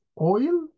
oil